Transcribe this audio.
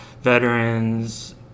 veterans